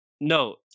No